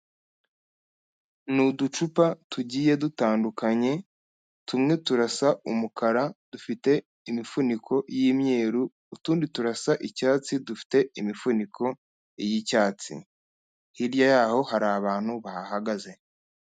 Ni uducupa tugiye dutandukanye, tumwe turasa umukara dufite imifuniko y'imyeru, utundi turasa icyatsi dufite imifuniko y'icyatsi, hirya yaho hari abantu bahahagaze.